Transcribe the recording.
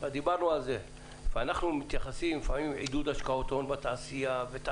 אנחנו מתייחסים לפעמים לעידוד השקעות הון בתעשייה,